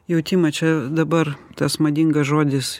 jautimą čia dabar tas madingas žodis